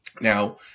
Now